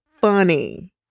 funny